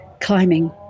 climbing